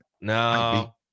No